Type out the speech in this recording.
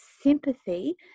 sympathy